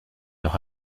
los